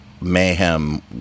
Mayhem